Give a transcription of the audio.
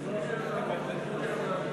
אני מבין, אני מבין, אבל בכל זאת.